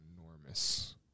enormous